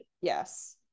Yes